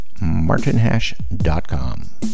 martinhash.com